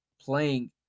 playing